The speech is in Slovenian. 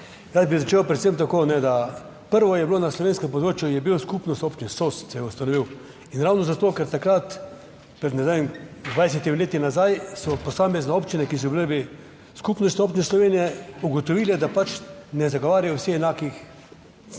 Jaz bi začel predvsem tako, da najprej je bila na slovenskem območju Skupnost občin, se je ustanovila. In ravno zato, ker takrat, pred 20 leti, so posamezne občine, ki so bile v Skupnosti občin Slovenije, ugotovile, da pač ne zagovarjajo vsi enakih želja.